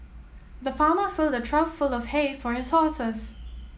the farmer filled a trough full of hay for his horses